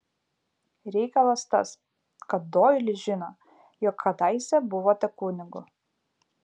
reikalas tas kad doilis žino jog kadaise buvote kunigu